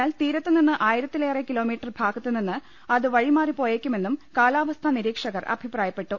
എന്നാൽ തീരത്തുനിന്ന് ആയിരത്തിലേറെ കിലോമീറ്റർ ഭാഗത്ത് നിന്ന് അത് വഴിമാറിപോയേക്കുമെന്നും കാലാ വസ്ഥാ നിരീക്ഷകർ അഭിപ്രായപ്പെട്ടു